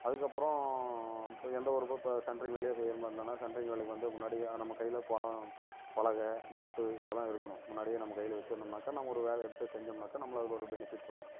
அதுக்கப்புறம் இப்போ எந்த ஒரு இப்போ சென்ட்ரிங் வேலையே செய்கிற மாதிரி இருந்தோம்னால் சென்ட்ரிங் வேலைக்கு வந்து முன்னாடியே நம்ம கையில் பலம் பலகை முட்டு இதெல்லாம் இருக்கணும் முன்னாடியே நம்ம கையில் வச்சிருந்தோம்னாக்கா நம்ம ஒரு வேலையை எடுத்து செஞ்சோம்னாக்கா நம்மள அதில் ஒரு பெனிஃபிட் வரும்